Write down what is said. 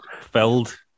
Filled